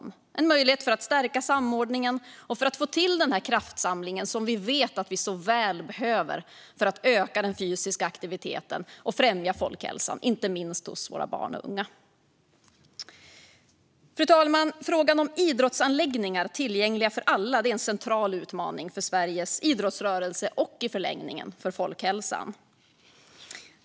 Det är en möjlighet att stärka samordningen och få till den kraftsamling som vi vet att vi så väl behöver för att öka den fysiska aktiviteten och främja folkhälsan, inte minst hos våra barn och unga. Fru talman! Frågan om idrottsanläggningar tillgängliga för alla är en central utmaning för Sveriges idrottsrörelse och, i förlängningen, för folkhälsan.